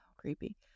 creepy